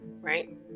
right